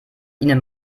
ihnen